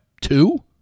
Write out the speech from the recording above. two